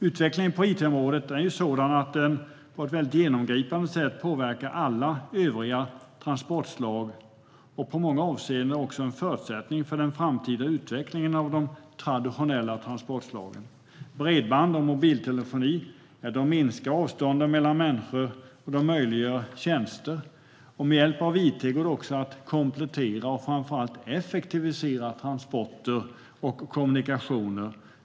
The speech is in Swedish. Utvecklingen på it-området är sådan att den på ett mycket genomgripande sätt påverkar alla övriga transportslag. Den är i många avseenden också en förutsättning för den framtida utvecklingen av de traditionella transportslagen. Bredband och mobiltelefoni minskar avstånden mellan människor och möjliggör tjänster. Med hjälp av it går det också att komplettera och framför allt effektivisera transporter och kommunikationer.